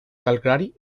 calgary